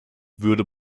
würde